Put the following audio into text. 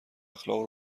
اخلاق